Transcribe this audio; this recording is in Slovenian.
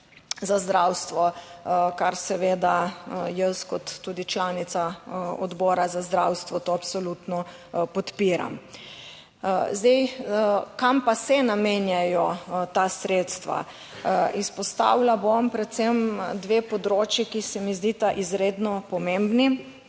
za zdravstvo, kar seveda jaz kot tudi članica Odbora za zdravstvo to absolutno podpiram. Zdaj kam pa se namenjajo ta sredstva? Izpostavila bom predvsem dve področji, ki se mi zdita izredno pomembni.